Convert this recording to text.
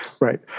Right